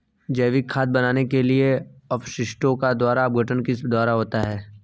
जैविक खाद बनाने के लिए अपशिष्टों का अपघटन किसके द्वारा होता है?